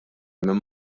minn